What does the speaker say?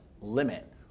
limit